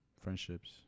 friendships